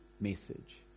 message